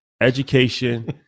education